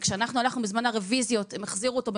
וכשאנחנו הלכנו בזמן הרוויזיות הם החזירו אותו במחטף.